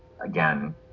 Again